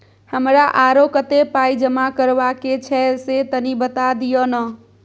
हमरा आरो कत्ते पाई जमा करबा के छै से तनी बता दिय न?